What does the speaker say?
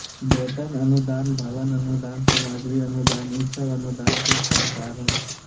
वेतन अनुदान, भवन अनुदान, सामग्री अनुदान ई सब अनुदान के प्रकार हय